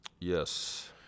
Yes